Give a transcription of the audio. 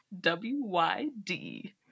W-Y-D